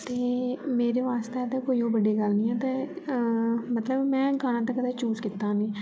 ते मेरे वास्तै ते कोई ओह् बड्डी गल्ल निं ऐ ते अ मतलब मैं गाना ते कदे जुस कीत्ता निं